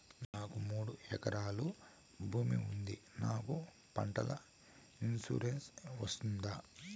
నాకు మూడు ఎకరాలు భూమి ఉంది నాకు పంటల ఇన్సూరెన్సు వస్తుందా?